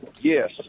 Yes